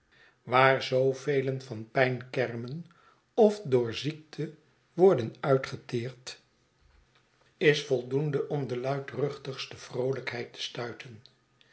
waar zoo velen van pijn kermen of door ziekte worden uitgeteerd ifi een bezoek in een gasthuis is voldoende om de luidruchtigste vroolijkheid te stuiten